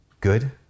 good